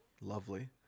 Lovely